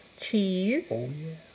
cheese